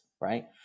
right